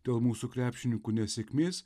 dėl mūsų krepšininkų nesėkmės